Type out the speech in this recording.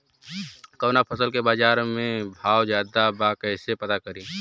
कवना फसल के बाजार में भाव ज्यादा बा कैसे पता करि?